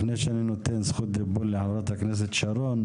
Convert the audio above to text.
לפני שאני נותן זכות דיבור לחברת הכנסת שרון,